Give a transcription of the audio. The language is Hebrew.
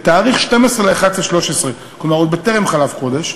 בתאריך 12 בנובמבר 2013, כלומר עוד בטרם חלף חודש,